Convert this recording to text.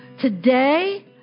today